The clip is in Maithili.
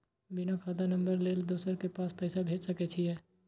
बिना खाता नंबर लेल दोसर के पास पैसा भेज सके छीए?